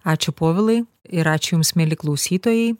ačiū povilai ir ačiū jums mieli klausytojai